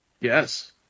Yes